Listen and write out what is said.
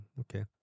okay